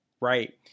right